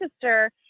sister